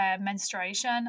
menstruation